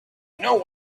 know